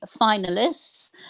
finalists